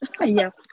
Yes